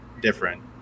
different